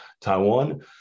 Taiwan